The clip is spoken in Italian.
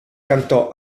cantò